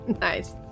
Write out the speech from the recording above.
nice